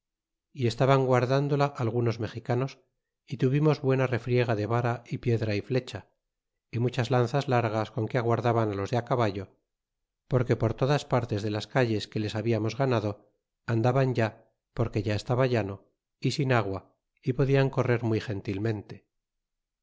y estaban guardándola algunos mexicanos y tuvimos buena refriega de vara y piedra y flecha y muchas lanzas largas con que aguardaban á los de caballo porque por todas partes de las calles que les hablamos ganado andaban ya porque ya estaba llano y sin agua y podian correr muy gentilmente